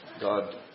God